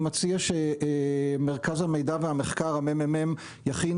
אני מציע שמרכז המחקר והמידע של הכנסת יכין